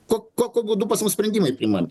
ko kokiu būdu pas mus sprendimai priimami